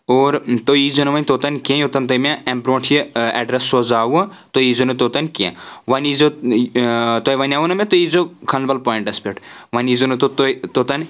اور تُہۍ یی زیٚو نہٕ وۄنۍ توٚتَن کینٛہہ یوٚتَن تُہۍ مےٚ اَمہِ برونٛٹھ یہِ اَیٚڈرَس سوزَاوٕ تُہۍ یی زیو نہٕ توٚتَن کینٛہہ وۄنۍ یی زیو تۄہہِ وَنِو نہٕ مےٚ تُہۍ یی زیٚو کَھنٛبَل پویِنٛٹس پؠٹھ وۄنۍ یی زیٚو نہٕ توٚتَن